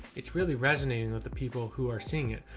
it's really resonating with the people who are seeing it.